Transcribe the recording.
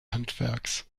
handwerks